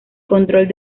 control